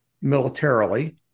militarily